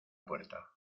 puerta